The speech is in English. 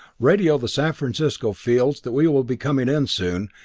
radio the san francisco fields that we will be coming in soon,